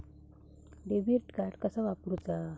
Debit card कसा वापरुचा?